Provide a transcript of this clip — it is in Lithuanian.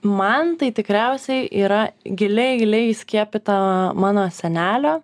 man tai tikriausiai yra giliai giliai įskiepyta mano senelio